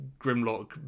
Grimlock